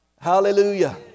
Hallelujah